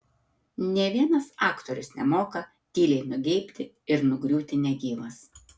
nė vienas aktorius nemoka tyliai nugeibti ir nugriūti negyvas